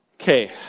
okay